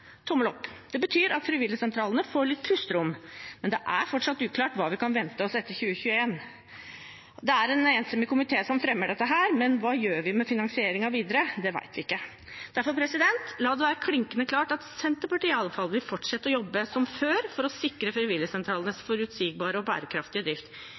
Det betyr at frivilligsentralene får litt pusterom. Men det er fortsatt uklart hva vi kan vente oss etter 2021. Det er en enstemmig komité som fremmer dette, men hva vi gjør med finansieringen videre, vet vi ikke. Derfor: La det være klinkende klart at iallfall Senterpartiet vil fortsette å jobbe som før for å sikre frivilligsentralenes forutsigbare og bærekraftige drift.